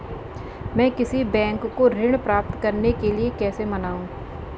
मैं किसी बैंक को ऋण प्राप्त करने के लिए कैसे मनाऊं?